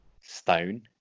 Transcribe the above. stone